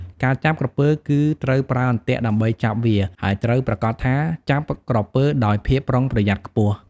ការចាប់ក្រពើគឺត្រូវប្រើអន្ទាក់ដើម្បីចាប់វា ហើយត្រូវប្រាកដថាចាប់ក្រពើដោយភាពប្រុងប្រយ័ត្នខ្ពស់។